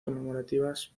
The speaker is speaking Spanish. conmemorativas